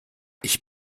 ich